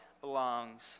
belongs